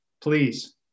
please